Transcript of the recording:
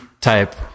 type